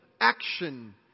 action